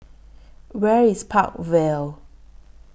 Where IS Park Vale